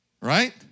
Right